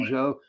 Joe